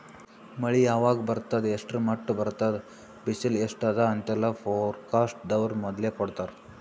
ಮಳಿ ಯಾವಾಗ್ ಬರ್ತದ್ ಎಷ್ಟ್ರ್ ಮಟ್ಟ್ ಬರ್ತದ್ ಬಿಸಿಲ್ ಎಸ್ಟ್ ಅದಾ ಅಂತೆಲ್ಲಾ ಫೋರ್ಕಾಸ್ಟ್ ದವ್ರು ಮೊದ್ಲೇ ಕೊಡ್ತಾರ್